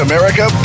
America